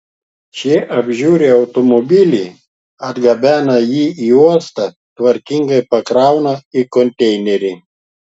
šie apžiūri automobilį atgabena jį į uostą tvarkingai pakrauna į konteinerį